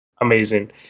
amazing